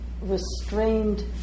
restrained